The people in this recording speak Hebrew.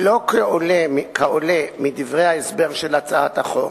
שלא כעולה מדברי ההסבר של הצעת החוק,